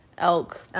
Elk